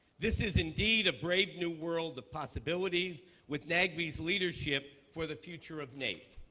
this is indeed a brave new world of possibilities with nagb's leadership for the future of naep.